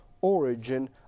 origin